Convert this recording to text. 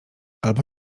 albo